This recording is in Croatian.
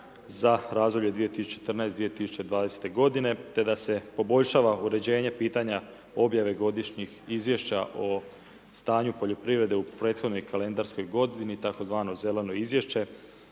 za razdoblje 2014.-2020. g. te da se poboljšava uređenje pitanja objave godišnjih izvješća o stanju poljoprivrede u prethodnoj kalendarskoj g. tzv. zeleno izvješće